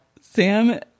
Sam